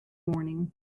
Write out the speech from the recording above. morning